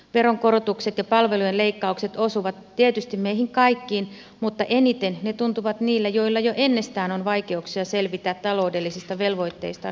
veronkorotukset ja palvelujen leikkaukset osuvat tietysti meihin kaikkiin mutta eniten ne tuntuvat niillä joilla jo ennestään on vaikeuksia selvitä taloudellisista velvoitteistaan jokapäiväisessä elämässä